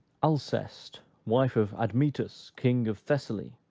alceste, wife of admetus king of thessaly,